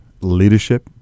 leadership